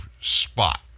spot